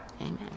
Amen